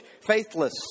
faithless